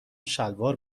شلوار